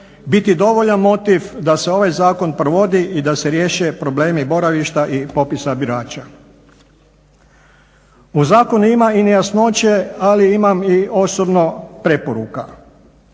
biti dovoljan motiv da se ovaj zakon provodi i da se riješe problemi boravišta i popisa birača. U zakonu ima i nejasnoće, ali imam i osobno preporuka.